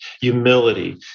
humility